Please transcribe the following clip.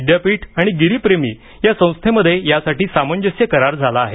विद्यापीठ आणि गिरीप्रेमी या संस्थेमध्ये यासाठी सामंजस्य करार झाला आहे